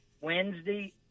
Wednesday